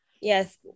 Yes